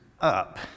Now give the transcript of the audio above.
up